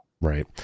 Right